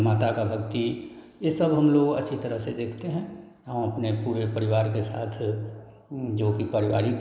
माता का भक्ति यह सब हम लोग अच्छी तरह से देखते हैं हम अपने पूरे परिवार के साथ जो कि पारिवारिक